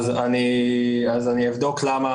אבדוק,